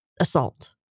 assault